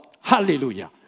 Hallelujah